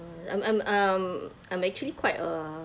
I'm I'm um I'm actually quite uh